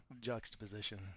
juxtaposition